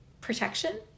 protection